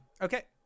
okay